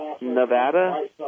Nevada